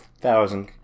Thousand